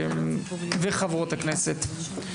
וחברות הכנסת.